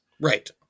Right